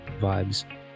vibes